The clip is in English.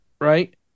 right